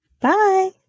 Bye